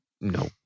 No